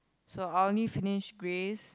so I only finished Grey's